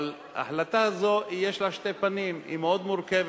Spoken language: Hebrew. אבל החלטה זו, יש לה שתי פנים, היא מאוד מורכבת.